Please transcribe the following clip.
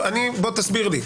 בוא תסביר לי,